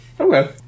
Okay